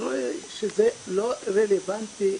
זה לא רלוונטי,